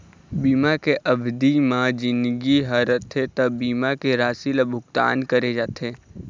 बीमा के अबधि म जिनगी ह रथे त बीमा के राशि ल भुगतान करे जाथे